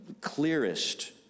clearest